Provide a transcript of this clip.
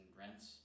rents